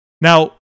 Now